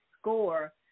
score